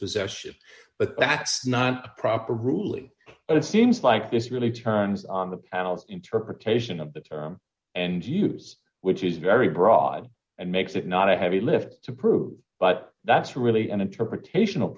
possession but that's not a proper ruling and it seems like this really turns on the panel's interpretation of the term and use which is very broad and makes it not a heavy lift to prove but that's really an interpretation